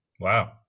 Wow